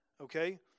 Okay